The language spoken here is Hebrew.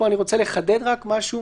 פה אני רוצה לחדד רק משהו,